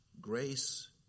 Grace